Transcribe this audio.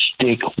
stick